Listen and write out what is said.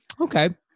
Okay